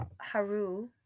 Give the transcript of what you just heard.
Haru